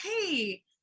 hey